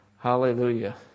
Hallelujah